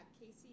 Casey